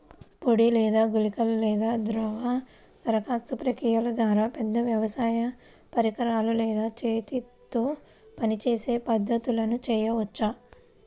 పొడి లేదా గుళికల లేదా ద్రవ దరఖాస్తు ప్రక్రియల ద్వారా, పెద్ద వ్యవసాయ పరికరాలు లేదా చేతితో పనిచేసే పద్ధతులను చేయవచ్చా?